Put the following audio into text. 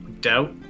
doubt